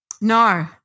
No